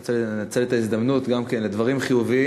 אני רוצה לנצל את ההזדמנות גם כן לדברים חיוביים.